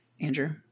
Andrew